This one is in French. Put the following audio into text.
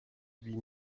huit